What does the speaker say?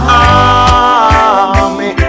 army